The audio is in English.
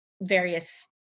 various